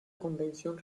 convención